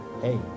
hey